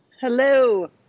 Hello